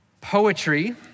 Poetry